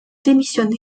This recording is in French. démissionné